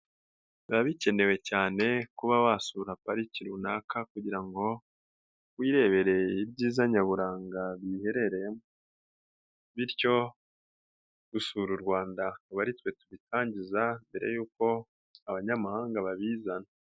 Biba bikenewe cyane kuba wasura pariki runaka kugira ngo wirebere ibyiza nyaburanga biyiherereyemo bityo gusura u Rwanda abe ari twe tubitangiza mbere y'uko abanyamahanga babizana.